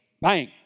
Bang